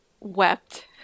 Wept